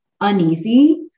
uneasy